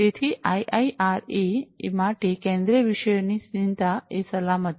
તેથી આઈઆઈઆરએ એ માટે કેન્દ્રીય વિષયોની ચિંતા એ સલામતી છે